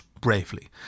bravely